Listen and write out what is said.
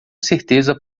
certeza